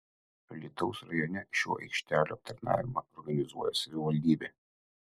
alytaus rajone šių aikštelių aptarnavimą organizuoja savivaldybė